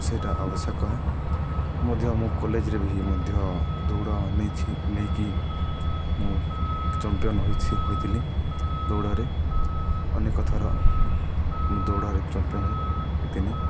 ସେଇଟା ଆବଶ୍ୟକ ମଧ୍ୟ ମୁଁ କଲେଜ୍ରେ ବି ମଧ୍ୟ ଦୌଡ଼ ନେଇଛି ନେଇକି ମୁଁ ଚମ୍ପିଅନ୍ ହୋଇଛି ହୋଇଥିଲି ଦୌଡ଼ରେ ଅନେକ ଥର ମୁଁ ଦୌଡ଼ରେ ଚମ୍ପିଅନ୍ ହୋଇଥିଲି